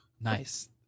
Nice